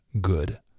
good